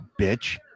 bitch